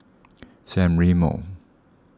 San Remo